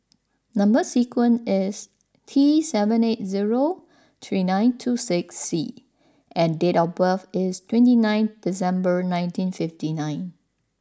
number sequence is T seven eight zero three nine two six C and date of birth is twenty nine December nineteen fifty nine